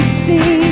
see